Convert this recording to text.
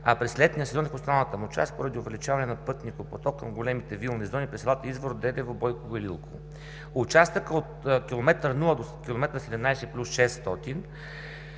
а през летния сезон и в останалата му част поради увеличаване на пътникопотока към големите вилни зони през селата Извор, Дедево, Бойково и Лилково. Участъкът от километър нула до километър 17 плюс 600